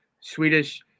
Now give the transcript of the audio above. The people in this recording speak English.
Swedish